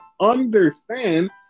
understand